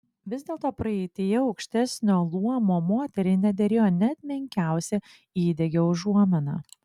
vis dėlto praeityje aukštesnio luomo moteriai nederėjo net menkiausia įdegio užuomina